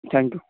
thank you